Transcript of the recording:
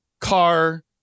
car